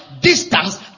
distance